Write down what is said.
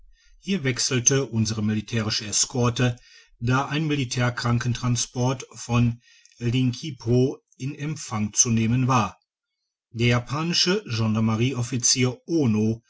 hier wechselte unsere militärische eskorte da ein militärkrankentransport von linkipo in empfang zu nehmen war der japanische gendarmerieoffizier ono